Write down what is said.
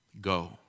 Go